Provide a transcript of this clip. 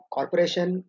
Corporation